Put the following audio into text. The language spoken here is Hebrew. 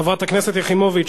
חברת הכנסת יחימוביץ,